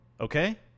Okay